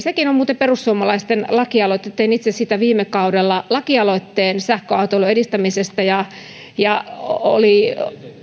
sekin on muuten perussuomalaisten lakialoite tein itse viime kaudella lakialoitteen sähköautoilun edistämisestä ja ja oli